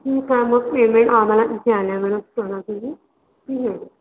ठीक आहे मग पेमेंट आम्हाला तिथे आल्यावरच करा तुम्ही ठीक आहे